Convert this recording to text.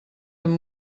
amb